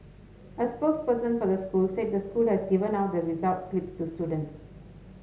a spokesperson for the school said the school has given out the results slips to students